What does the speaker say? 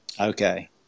Okay